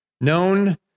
Known